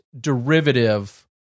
derivative